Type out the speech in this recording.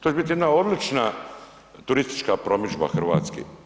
To će biti jedna odlična turistička promidžba Hrvatske.